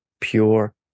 pure